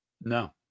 No